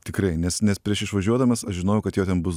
tikrai nes nes prieš išvažiuodamas aš žinojau kad jo ten bus